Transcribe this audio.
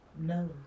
No